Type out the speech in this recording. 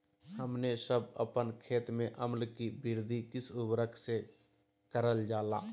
हमने सब अपन खेत में अम्ल कि वृद्धि किस उर्वरक से करलजाला?